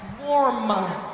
warm-